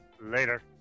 later